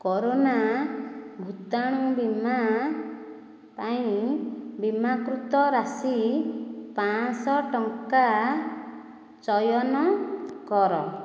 corona ଭୂତାଣୁ ବୀମା ପାଇଁ ବୀମାକୃତ ରାଶି ପାଁଶ ଟଙ୍କା ଚୟନ କର